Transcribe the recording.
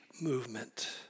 movement